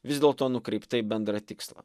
vis dėlto nukreipta į bendrą tikslą